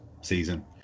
season